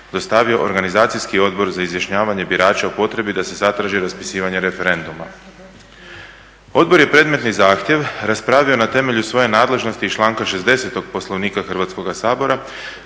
dostavio Organizacijski odbor za izjašnjavanje birača o potrebi da se zatraži raspisivanje referenduma. Odbor je predmetni zahtjev raspravio na temelju svoje nadležnosti iz članka 60. Poslovnika Hrvatskoga sabora